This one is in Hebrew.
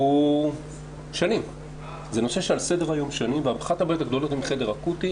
הוא נושא שנמצא שנים על סדר היום ואחת הבעיות הגדולות עם חדר אקוטי